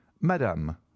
madame